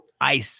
ice